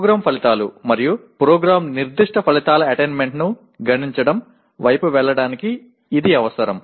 programme ఫలితాలు మరియు programme నిర్దిష్ట ఫలితాల అటైన్మెంట్ను గణించడం వైపు వెళ్ళడానికి ఇది అవసరం